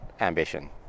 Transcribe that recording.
ambition